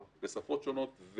בשפות שונות,